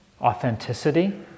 authenticity